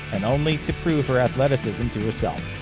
and only to prove her athleticism to herself.